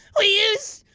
we use.